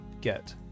get